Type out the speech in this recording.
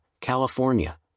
California